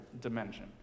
dimension